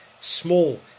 small